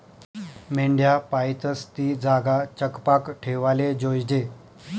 मेंढ्या पायतस ती जागा चकपाक ठेवाले जोयजे